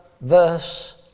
verse